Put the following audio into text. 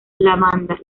lavanda